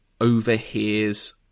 overhears